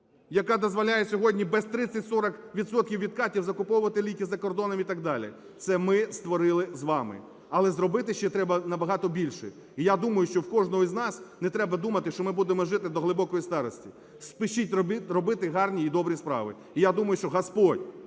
яка дозволяє сьогодні без 30-40 відсотків відкатів закуповувати ліки за кордоном і так далі? Це ми створили з вами. Але зробити ще треба набагато більше. І я думаю, що в кожного із нас, не треба думати, що ми будемо жити до глибокої старості. Спішіть робити гарні і добрі справи. І, я думаю, що Господь